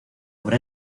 obra